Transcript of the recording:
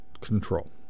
control